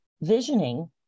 visioning